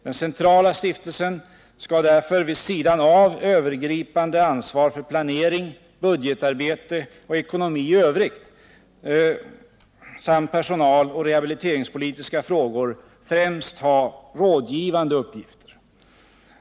Den centrala stiftelsen skall därför, vid sidan av övergripande ansvar för planering, budgetarbete och ekonomi i övrigt samt personaloch rehabiliteringspolitiska frågor främst ha rådgivande uppgifter.